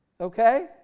okay